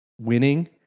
winning